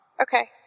Okay